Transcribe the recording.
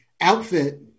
Outfit